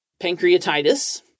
Pancreatitis